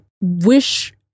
wish